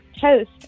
toast